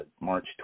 March